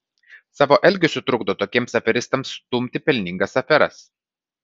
savo elgesiu trukdo tokiems aferistams stumti pelningas aferas